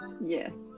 Yes